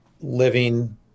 living